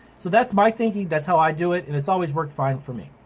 so that's my thinking, that's how i do it and it's always worked fine for me.